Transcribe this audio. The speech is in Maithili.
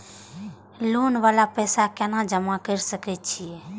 लोन वाला पैसा केना जमा कर सके छीये?